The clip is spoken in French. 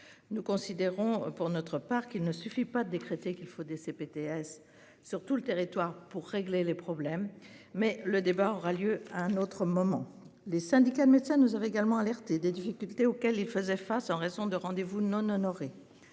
Nous considérons pour notre part qu'il ne suffit pas de décréter qu'il faut des CPTS sur tout le territoire pour régler les problèmes. Mais le débat aura lieu un autre moment, les syndicats de médecins nous avait également alerté des difficultés auxquelles il faisait face en raison de rendez-vous non honorés.